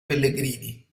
pellegrini